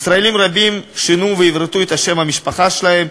ישראלים רבים שינו ועברתו את שם המשפחה שלהם,